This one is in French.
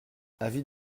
avis